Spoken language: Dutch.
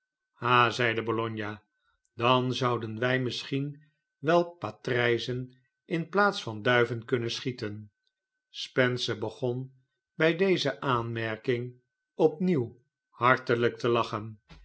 ha zeide bologna dan zouden wij misschien wel patrijzen in plaats van duiven kunnen schieten spencer begon bij deze aanmerking opnieuw hartelyk te lachen